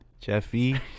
Jeffy